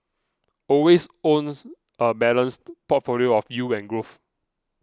always owns a balanced portfolio of yield and growth